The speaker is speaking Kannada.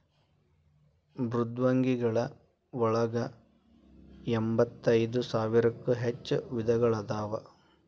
ಮೃದ್ವಂಗಿಗಳ ಒಳಗ ಎಂಬತ್ತೈದ ಸಾವಿರಕ್ಕೂ ಹೆಚ್ಚ ವಿಧಗಳು ಅದಾವ